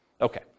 Okay